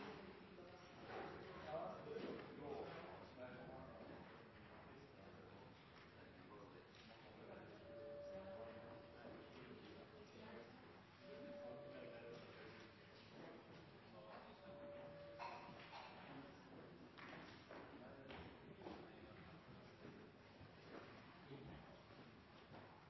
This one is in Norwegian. Ja, det er